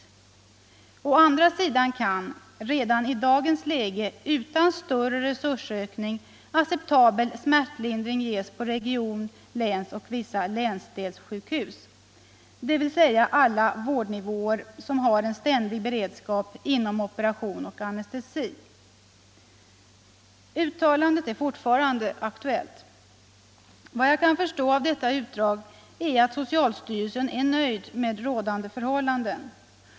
Å andra sidan kan, redan i dagens läge utan större resursökning, acceptabel smärtlindring ges på regions-, länsoch vissa länsdelssjukhus, dvs. alla vårdnivåer som har en ständig beredskap inom operation och anestesi.” Det uttalandet är fortfarande aktuellt. Efter vad jag kan förstå av detta utdrag är man på socialstyrelsen nöjd med rådande förhållanden.